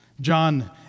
John